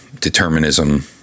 determinism